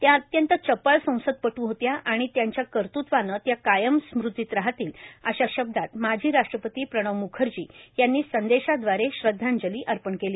त्या अत्यंत चपळ संसदपटू होत्या आणि त्यांच्या कर्तृत्वानं त्या कायम स्मृतीत राहतील अशा शब्दांत माजी राष्ट्रपती प्रणव म्खर्जी यांनी संदेशाद्वारे श्रद्धांजली अर्पण केली